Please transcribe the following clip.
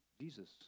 Jesus